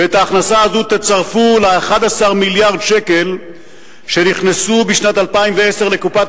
ואת ההכנסה הזו תצרפו ל-11 מיליארד שקל שנכנסו בשנת 2010 לקופת